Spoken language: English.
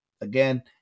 again